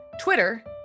twitter